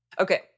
Okay